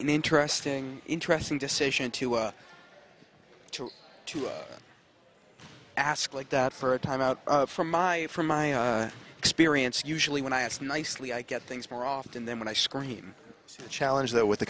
an interesting interesting decision to to to ask like that for a time out from my from my experience usually when i asked nicely i get things more often then when i scream challenge that with the